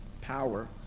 power